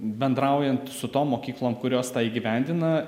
bendraujant su tom mokyklom kurios tą įgyvendina